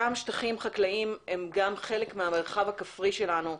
אותם שטחים חקלאיים הם גם חלק מהמרחב הכפרי שלנו.